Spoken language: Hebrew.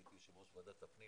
אני הייתי יו"ר ועדת הפנים,